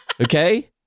Okay